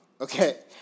Okay